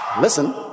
Listen